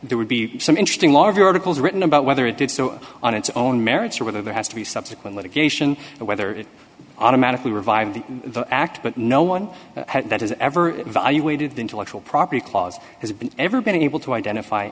there would be some interesting law of your articles written about whether it did so on its own merits or whether there has to be subsequent litigation and whether it automatically revived the act but no one that has ever evaluated the intellectual property clause has been ever been able to identify